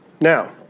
Now